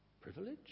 Privilege